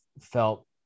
felt